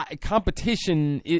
competition